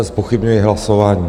Zpochybňuji hlasování.